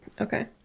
okay